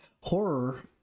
horror